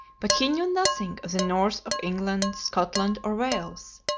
but he knew nothing of the north of england, scotland, or wales.